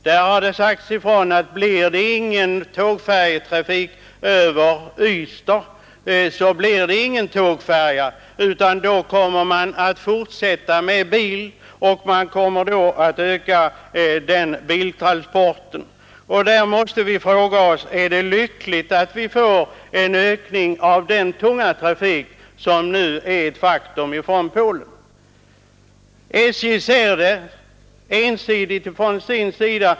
Där har det sagts ifrån att blir det ingen tågfärjetrafik över Ystad, blir det ingen tågfärja, utan då kommer man att fortsätta med bil, och man kommer att öka biltransporterna. Då måste vi fråga oss: Är det lyckligt att vi får en ökning av den tunga trafiken från Polen som nu är ett faktum? SJ ser detta ensidigt från sin sida.